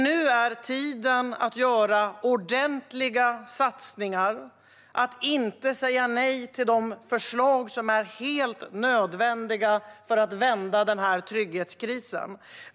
Nu är tiden att göra ordentliga satsningar, att inte säga nej till de förslag som är helt nödvändiga för att vända trygghetskrisen.